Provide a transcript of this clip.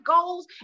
goals